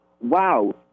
wow